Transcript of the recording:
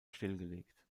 stillgelegt